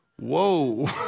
Whoa